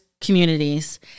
communities